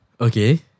Okay